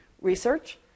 research